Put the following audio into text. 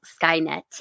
Skynet